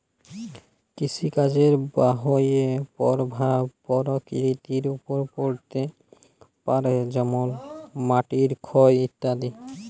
কৃষিকাজের বাহয়ে পরভাব পরকৃতির ওপর পড়তে পারে যেমল মাটির ক্ষয় ইত্যাদি